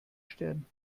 stirn